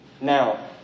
Now